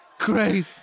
Great